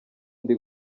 ndi